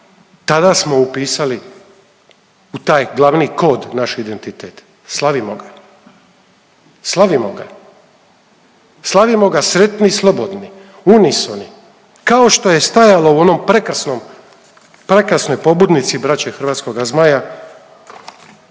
Tada smo upisali u taj glavni kod naš identitet. Slavimo ga. Slavimo ga. Slavimo ga sretni i slobodni, unisoni kao što je stajalo u onom prekrasnom, prekrasnoj pobudnici Braće Hrvatskoga Zmaja,